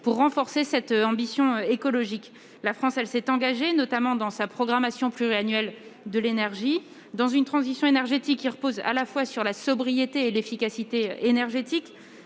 à renforcer cette ambition écologique. La France s'est engagée, notamment au travers de la programmation pluriannuelle de l'énergie, la PPE, dans une transition énergétique reposant à la fois sur la sobriété et l'efficacité énergétiques